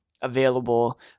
available